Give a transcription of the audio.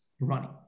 running